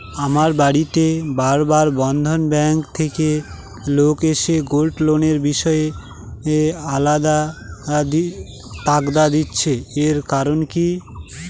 আমার বাড়িতে বার বার বন্ধন ব্যাংক থেকে লোক এসে গোল্ড লোনের বিষয়ে তাগাদা দিচ্ছে এর কারণ কি?